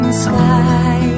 sky